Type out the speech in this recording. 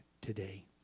today